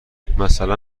مثلا